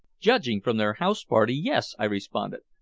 judging from their house-party, yes, i responded.